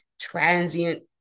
transient